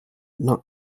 not